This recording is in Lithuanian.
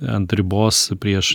ant ribos prieš